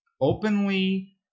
openly